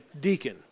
deacon